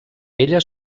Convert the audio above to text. ella